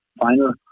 final